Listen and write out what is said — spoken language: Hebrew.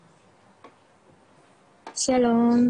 שלום,